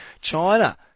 China